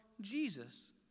Jesus